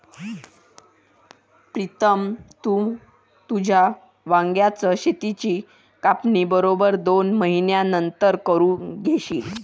प्रीतम, तू तुझ्या वांग्याच शेताची कापणी बरोबर दोन महिन्यांनंतर करून घेशील